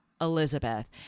Elizabeth